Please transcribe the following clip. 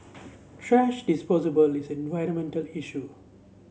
thrash is an environmental issue